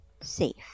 safe